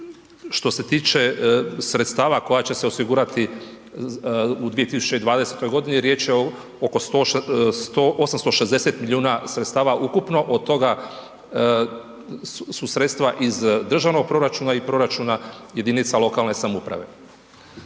Što se tiče sredstava koja će se osigurati u 2020. godini riječ je oko .../Govornik se ne razumije./... milijuna sredstava ukupno, od toga su sredstva iz državnog proračuna i proračuna jedinica lokalne samouprave.